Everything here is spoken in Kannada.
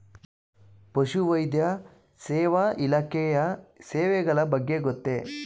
ಪಶುವೈದ್ಯ ಸೇವಾ ಇಲಾಖೆಯ ಸೇವೆಗಳ ಬಗ್ಗೆ ಗೊತ್ತೇ?